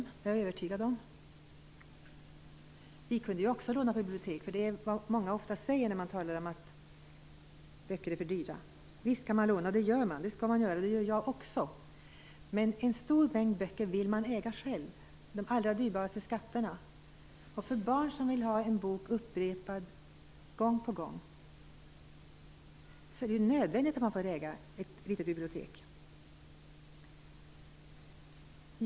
Det är jag övertygad om. Vi kunde också låna på bibliotek. Det är vad många ofta säger när man talar om att böcker är för dyra. Visst kan man låna. Det gör man, det skall man göra. Det gör jag också. Men en stor mängd böcker vill man äga själv. De allra dyrbaraste skatterna. Barn vill ha en bok upprepad gång på gång. För deras skull är det nödvändigt att man får äga ett litet bibliotek.